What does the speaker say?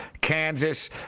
Kansas